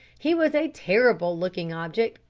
he was a terrible-looking object,